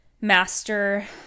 master